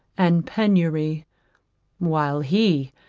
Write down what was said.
and penury while he,